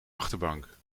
achterbank